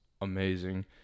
amazing